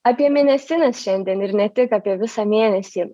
apie mėnesines šiandien ir ne tik apie visą mėnesį